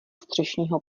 střešního